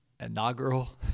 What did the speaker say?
Inaugural